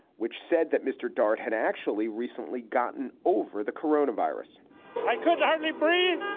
which said that mr. dart had actually recently gotten over the corona virus i could hardly breathe